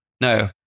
No